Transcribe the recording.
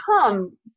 come